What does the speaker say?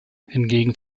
hingegen